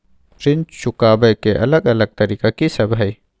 ऋण चुकाबय के अलग अलग तरीका की सब हय?